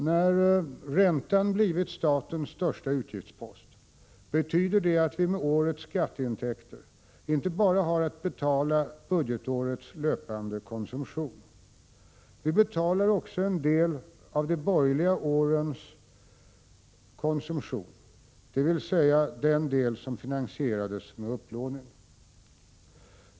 När räntan blivit statens största utgiftspost betyder det att vi med årets skatteintäkter inte bara har att betala budgetårets löpande konsumtion, utan vi betalar också en del av de borgerliga årens konsumtion, dvs. den del som finansierades genom upplåning.